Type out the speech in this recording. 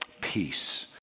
peace